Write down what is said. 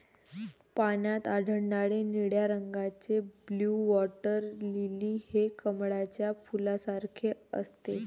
पाण्यात आढळणारे निळ्या रंगाचे ब्लू वॉटर लिली हे कमळाच्या फुलासारखे असते